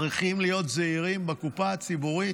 צריכים להיות זהירים בקופה הציבורית.